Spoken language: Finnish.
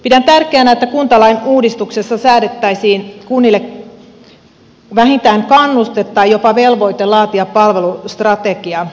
pidän tärkeänä että kuntalain uudistuksessa säädettäisiin kunnille vähintään kannuste tai jopa velvoite laatia palvelustrategia